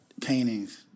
paintings